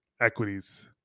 equities